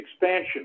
expansion